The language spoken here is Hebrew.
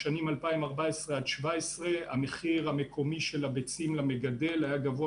בשנים 2014-2017 המחיר המקומי של הביצים למגדל היה גבוה